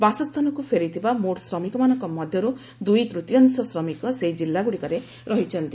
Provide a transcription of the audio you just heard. ବାସସ୍ଥାନକୁ ଫେରିଥିବା ମୋଟ୍ ଶ୍ରମିକମାନଙ୍କ ମଧ୍ୟରୁ ଦୁଇତୃତୀୟାଂଶ ଶ୍ରମିକ ସେହି କିଲ୍ଲାଗୁଡ଼ିକରେ ରହିଛନ୍ତି